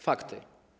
Fakty.